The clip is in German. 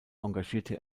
engagierte